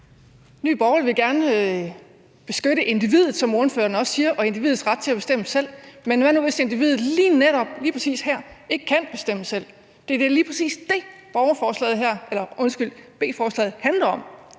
Nye Borgerlige vil gerne beskytte individet, som ordføreren også siger, og individets ret til at bestemme selv. Men hvad nu hvis individet lige netop – lige præcis her – ikke kan bestemme selv? Det er lige præcis det, som